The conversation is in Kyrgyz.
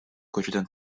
көчөдөн